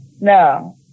no